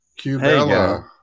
Cubella